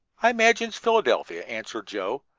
i imagine it's philadelphia, answered joe,